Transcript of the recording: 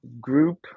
group